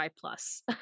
plus